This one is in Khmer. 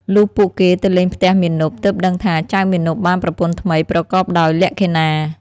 លុះពួកគេទៅលេងផ្ទះមាណព ទើបដឹងថាចៅមាណពបានប្រពន្ធថ្មីប្រកបដោយលក្ខិណា។